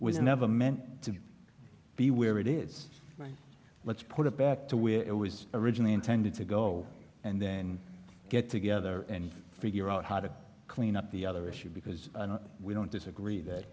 was never meant to be where it is let's put it back to where it was originally intended to go and then get together and figure out how to clean up the other issue because we don't disagree that